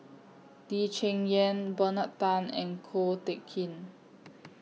Lee Cheng Yan Bernard Tan and Ko Teck Kin